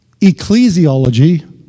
ecclesiology